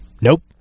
nope